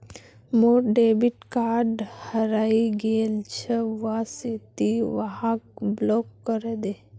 मोर debit card हरइ गेल छ वा से ति वहाक ब्लॉक करे दे